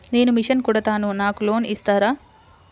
నేను మిషన్ కుడతాను నాకు లోన్ ఇస్తారా?